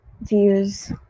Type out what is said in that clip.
views